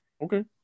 Okay